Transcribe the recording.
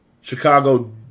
Chicago